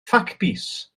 ffacbys